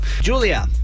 Julia